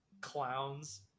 clowns